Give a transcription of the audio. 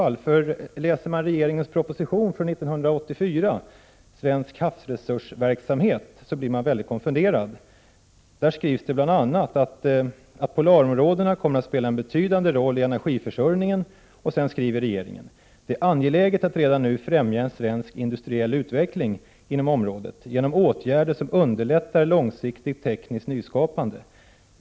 Läser man regeringens proposition från 1984 om svensk havsresursverksamhet blir man nämligen mycket konfunderad. Där skrivs bl.a. att polarområdena kommer att spela en betydande roll i energiförsörjningen. Sedan skriver regeringen: ”Det är angeläget att redan nu främja en svensk industriell utveckling inom området genom åtgärder som underlättar långsiktigt tekniskt nyskapande.